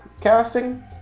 casting